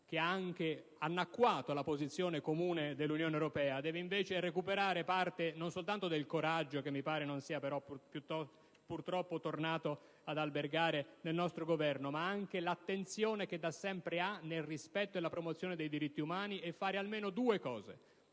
che ha anche annacquato la posizione comune dell'Unione europea, deve invece recuperare non solo parte del coraggio, che però mi pare non sia purtroppo tornato ad albergare nel nostro Governo, ma anche l'attenzione che da sempre ha nel rispetto e nella promozione dei diritti umani e fare almeno due cose: